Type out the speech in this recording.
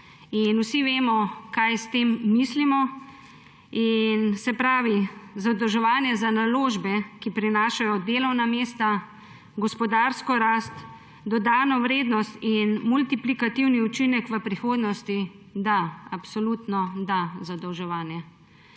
vsi vemo, kaj s tem mislimo, se pravi, zadolževanje za naložbe, ki prinašajo delovna mesta, gospodarsko rast, dodano vrednost in multiplikativni učinek v prihodnosti. Da, absolutno da za zadolževanje,